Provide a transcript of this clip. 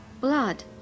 blood